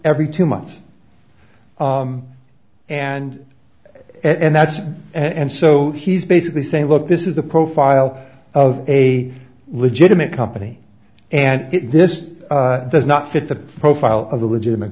every two months and and that's and so he's basically saying look this is the profile of a legitimate company and this does not fit the profile of a legitimate